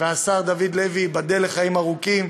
והשר דוד לוי, ייבדל לחיים ארוכים,